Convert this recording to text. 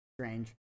strange